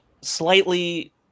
slightly